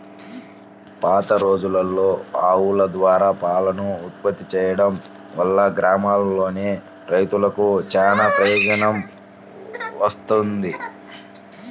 పాతరోజుల్లో ఆవుల ద్వారా పాలను ఉత్పత్తి చేయడం వల్ల గ్రామాల్లోని రైతులకు చానా ప్రయోజనం వచ్చేది